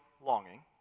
longing